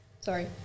Sorry